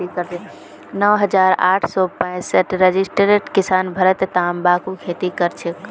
नौ हजार आठ सौ पैंसठ रजिस्टर्ड किसान भारतत तंबाकूर खेती करछेक